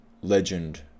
legend